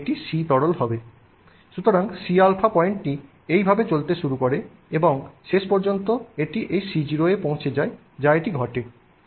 সুতরাং Cα পয়েন্টটি এইভাবে চলতে শুরু করে এবং শেষ পর্যন্ত এটি এই C0 এ পৌঁছে যায় যা এটি ঘটে